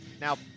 now